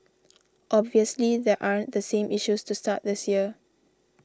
obviously there aren't the same issues to start this year